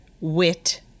wit